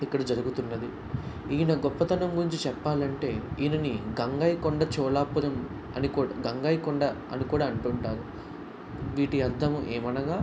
ఇక్కడ జరుగుతున్నది ఈయన గొప్పతనం గురించి చెప్పాలంటే ఈయనని గంగైకొండ చోళాపురం అని కూడా గంగైకొండ అని కూడా అంటుంటారు వీటి అర్థం ఏమనగా